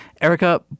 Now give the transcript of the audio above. Erica